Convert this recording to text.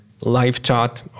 LiveChat